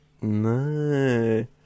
No